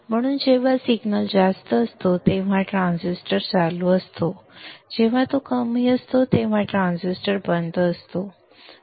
म्हणून जेव्हा सिग्नल जास्त असतो तेव्हा ट्रान्झिस्टर चालू असतो जेव्हा तो कमी असतो तेव्हा ट्रान्झिस्टर बंद असतो